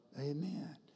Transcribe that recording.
Amen